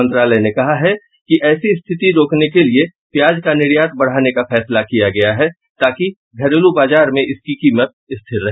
मंत्रालय ने कहा है कि ऐसी स्थिति रोकने के लिए प्याज का निर्यात बढ़ाने का फैसला किया गया है ताकि घरेलू बाजार में इसकी कीमत स्थिर रहे